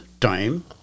time